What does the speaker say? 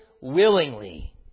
willingly